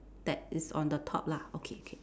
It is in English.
that is on the top lah okay okay